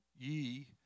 ye